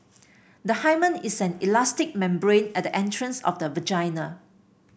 the hymen is an elastic membrane at the entrance of the vagina